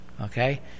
Okay